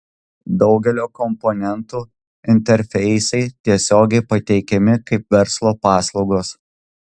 daugelio komponentų interfeisai tiesiogiai pateikiami kaip verslo paslaugos